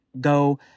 go